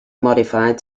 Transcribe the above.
modified